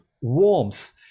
warmth